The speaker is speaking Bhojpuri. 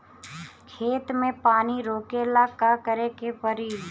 खेत मे पानी रोकेला का करे के परी?